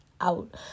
out